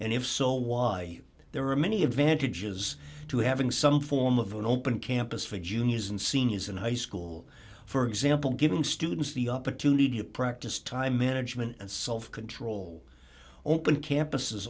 and if so why there are many advantages to having some form of an open campus for juniors and seniors in high school for example giving students the opportunity to practice time management and self control open campuses